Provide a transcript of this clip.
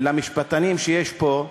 ולמשפטנים שיש פה,